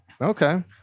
okay